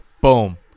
boom